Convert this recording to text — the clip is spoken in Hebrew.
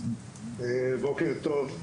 בוקר טוב,